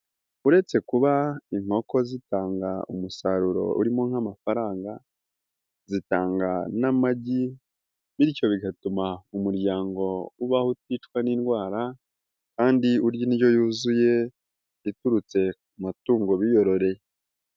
Uretse kuba inkoko zitanga umusaruro urimo nk'amafaranga, zitanga n'amagi bityo bigatuma umuryangobaho uticwa n'indwara kandi urya indyo yuzuye iturutse ku matungo biyororeye.